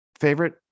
Favorite